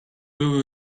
will